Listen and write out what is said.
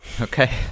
Okay